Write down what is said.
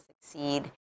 succeed